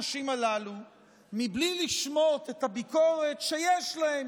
בלי לשמוט את הביקורת שיש להם,